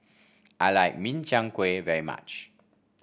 I like Min Chiang Kueh very much